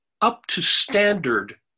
up-to-standard